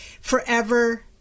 forever